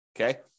Okay